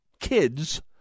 kids